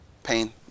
Pain